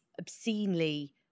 obscenely